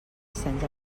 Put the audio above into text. ascens